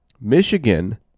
Michigan